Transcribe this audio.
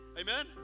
Amen